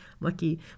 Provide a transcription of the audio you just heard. lucky